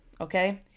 okay